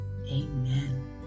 Amen